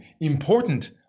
important